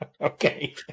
Okay